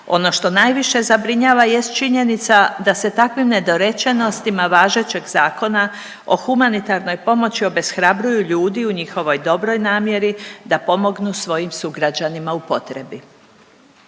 Ono što najviše zabrinjava jest činjenica da se takvim nedorečenostima važećeg Zakona o humanitarnoj pomoći obeshrabruju ljudi u njihovoj dobroj namjeri da pomognu svojim sugrađanima u potrebu.